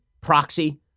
proxy